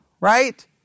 right